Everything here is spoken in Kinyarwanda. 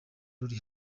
ruri